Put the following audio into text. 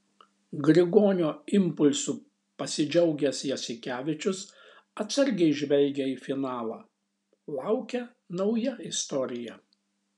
grigonio impulsu pasidžiaugęs jasikevičius atsargiai žvelgia į finalą laukia nauja istorija